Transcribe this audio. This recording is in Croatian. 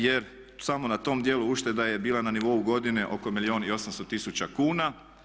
Jer samo na tom dijelu ušteda je bila na nivou godine oko milijun i 800 tisuća kuna.